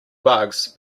bugs